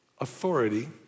authority